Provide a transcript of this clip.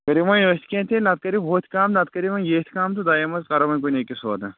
کٔرِو وۄنۍ أتھۍ کینٛہہ تیٚلہِ نتہٕ کٔرِو ہُھ کم نتہٕ کٔرِو و ییٚتھۍ کم تہٕ دۄیو منٛز کرو وۄنۍ کُنہِ أکِس سودا